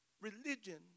religion